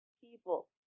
people